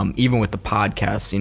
um even with the podcast, and